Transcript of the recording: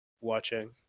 watching